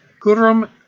Gurum